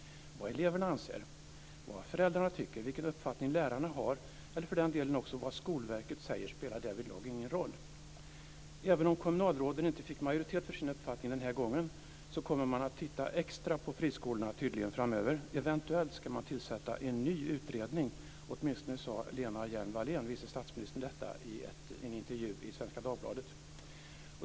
Vad eleverna anser, vad föräldrarna tycker, vilken uppfattning lärarna har eller för den delen vad Skolverket säger spelar därvidlag ingen roll. Även om kommunalråden inte fick majoritet för sin uppfattning den här gången kommer man tydligen att titta extra på friskolorna framöver. Eventuellt ska man tillsätta en ny utredning, åtminstone sade Lena Hjelm-Wallén, vice statsministern, detta i en intervju i Svenska Dagbladet.